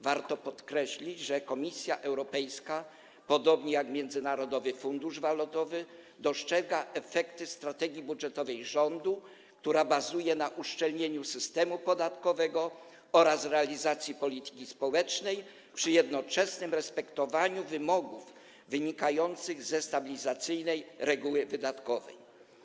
Warto podkreślić, że Komisja Europejska, podobnie jak Międzynarodowy Fundusz Walutowy, dostrzega efekty strategii budżetowej rządu, która bazuje na uszczelnieniu systemu podatkowego oraz realizacji polityki społecznej przy jednoczesnym respektowaniu wymogów wynikających ze stabilizacyjnej reguły wydatkowej.